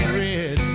red